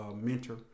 mentor